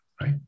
right